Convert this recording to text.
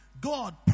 God